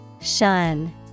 shun